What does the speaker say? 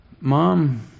mom